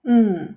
mm